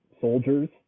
soldiers